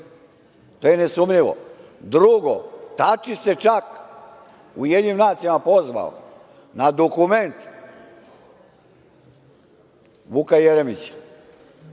To je nesumnjivo. Drugo, Tači se čak Ujedinjenim nacijama pozvao na dokument Vuka Jeremića,